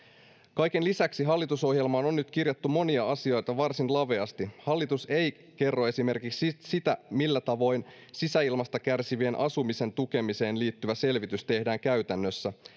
kaiken lisäksi hallitusohjelmaan on nyt kirjattu monia asioita varsin laveasti hallitus ei kerro esimerkiksi sitä millä tavoin sisäilmasta kärsivien asumisen tukemiseen liittyvä selvitys tehdään käytännössä